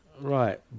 Right